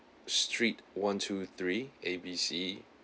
street one to three A B C